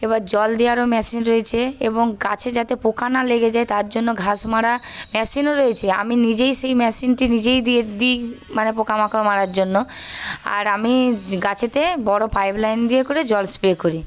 এবার জল দেওয়ারও মেশিন রয়েছে এবং গাছে যাতে পোকা না লেগে যায় তারজন্য ঘাসমারা মেশিনও রয়েছে আমি নিজেই সেই মেশিনটি নিজেই দিয়ে দিই মানে পোকামাকড় মারার জন্য আর আমি গাছেতে বড়ো পাইপলাইন দিয়ে করে জল স্প্রে করি